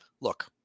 Look